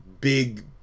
big